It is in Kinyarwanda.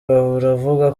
baravuga